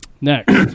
next